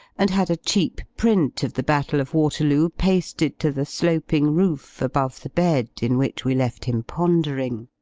and had a cheap print of the battle of waterloo pasted to the sloping roof, above the bed, in which we left him pondering.